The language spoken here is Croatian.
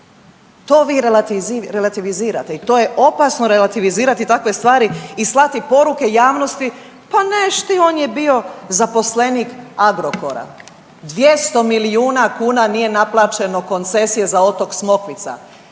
To vi relativizirate i to je opasno relativizirati takve stvari i slati poruke javnosti pa neš ti on je bio zaposlenik Agrokora, 200 milijuna kuna nije naplaćeno koncesije za otok Smokvica,